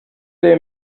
they